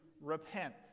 repent